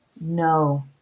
no